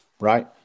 Right